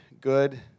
good